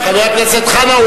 חבר הכנסת חנא,